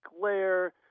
glare